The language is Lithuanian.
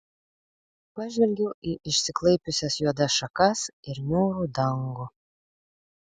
pažvelgiau į išsiklaipiusias juodas šakas ir niūrų dangų